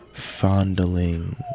Fondling